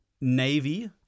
navy